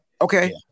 Okay